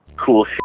cool